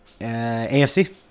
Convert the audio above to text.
AFC